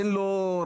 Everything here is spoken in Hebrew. אין לו רצון,